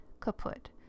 kaput